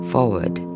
Forward